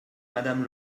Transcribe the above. madame